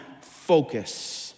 focus